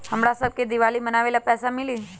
हमरा शव के दिवाली मनावेला पैसा मिली?